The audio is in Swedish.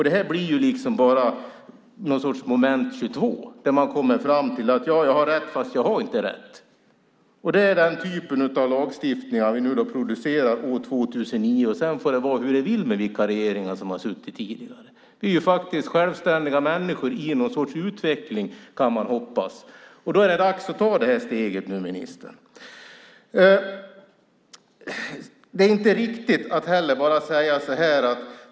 Det här blir någon sorts moment 22. Man kommer fram till att man har rätt fast man inte har rätt. Det är den typ av lagstiftning vi producerar år 2009. Sedan får det vara hur det vill med vilka regeringar som har suttit tidigare. Vi är självständiga människor i någon sorts utveckling, kan man hoppas. Då är det dags att ta det här steget nu, ministern.